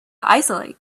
isolate